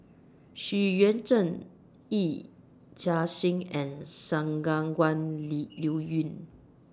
Xu Yuan Zhen Yee Chia Hsing and Liuyun